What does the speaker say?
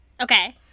Okay